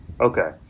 Okay